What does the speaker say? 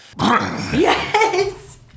Yes